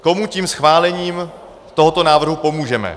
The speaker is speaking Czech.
Komu tím schválením tohoto návrhu pomůžeme?